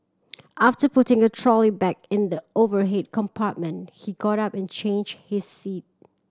after putting a trolley bag in the overhead compartment he got up and changed his seat